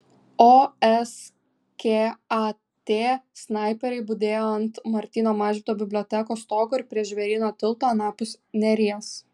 o skat snaiperiai budėjo ant martyno mažvydo bibliotekos stogo ir prie žvėryno tilto anapus neries